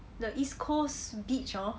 the east coast beach hor